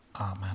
Amen